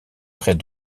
près